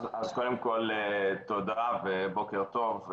קודם כול, תודה ובוקר טוב.